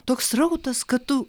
toks srautas kad tu